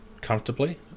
comfortably